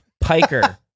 piker